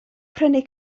prynu